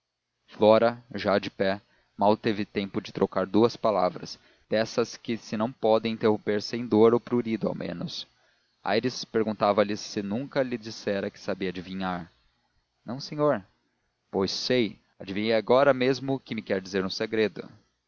flora já de pé mal teve tempo de trocar duas palavras dessas que se não podem interromper sem dor ou prurido ao menos aires perguntava-lhe se nunca lhe dissera que sabia adivinhar não senhor pois sei adivinhei agora mesmo que me quer dizer um segredo